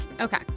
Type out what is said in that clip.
Okay